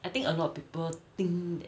I think a lot of people think that